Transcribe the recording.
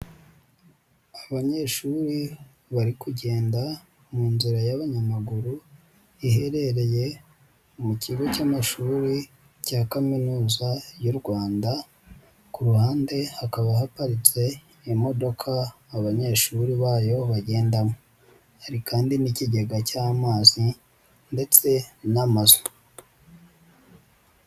Abanyeshuri bari kugenda mu nzira y'abanyamaguru, iherereye mu kigo cy'amashuri cya Kaminuza y'u Rwanda, ku ruhande hakaba haparitse imodoka abanyeshuri bayo bagendamo, hari kandi n'ikigega cy'amazi ndetse n'amazu.